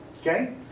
Okay